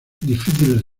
difíciles